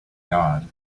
god